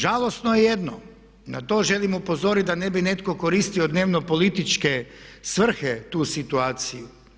Žalosno je jedno, na to želim upozoriti da ne bi netko koristio u dnevno političke svrhe tu situaciju.